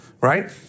right